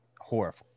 horrible